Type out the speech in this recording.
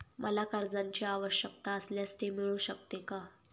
मला कर्जांची आवश्यकता असल्यास ते मिळू शकते का?